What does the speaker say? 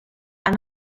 han